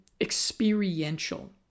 experiential